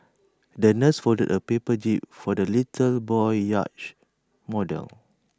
the nurse folded A paper jib for the little boy's yacht model